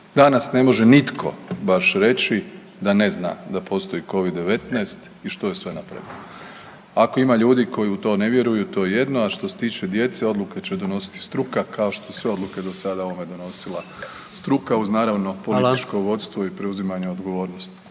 Danas ne može nitko baš reći da ne zna da postoji covid-19 i što je sve napravljeno. Ako ima ljudi koji u to ne vjeruju to je jedno, a što se tiče djece odluke će donositi struka kao što je sve odluke do sada o ovome donosila struka uz naravno političko vodstvo …/Upadica predsjednik: